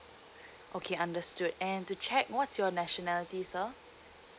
okay understood and to check what's your nationality sir